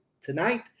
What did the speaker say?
tonight